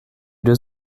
deux